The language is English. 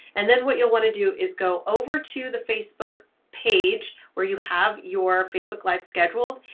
and then what you'll wanna do is go over to the facebook page, where you have your facebook live scheduled,